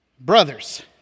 Brothers